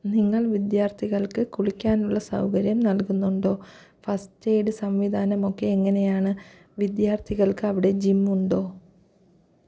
നിങ്ങൾ വിദ്യാർത്ഥികൾക്ക് കുളിക്കാനുള്ള സൗകര്യം നൽകുന്നുണ്ടോ ഫസ്റ്റ് എയ്ഡ് സംവിധാനമൊക്കെ എങ്ങനെയാണ് വിദ്യാർത്ഥികൾക്ക് അവിടെ ജിം ഉണ്ടോ